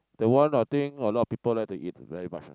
the one I think a lot of people like to eat very much ah